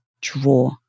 draw